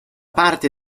parte